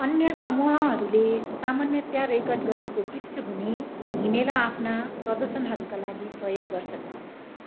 अन्य समूहहरूले सामान्यतया रेकर्ड गरिएको पृष्ठभूमि हिमेला आफ्ना प्रदर्शनहरूका लागि प्रयोग गर्छन्